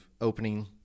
opening